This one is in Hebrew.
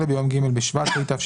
בואו נעשה